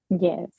Yes